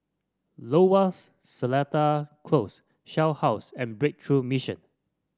Lowers Seletar Close Shell House and Breakthrough Mission